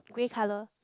grey colour